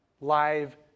live